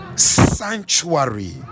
sanctuary